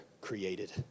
created